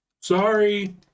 Sorry